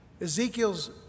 Ezekiel's